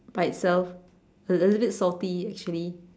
by itself a little bit salty actually